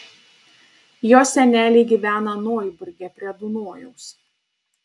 jo seneliai gyvena noiburge prie dunojaus